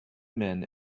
men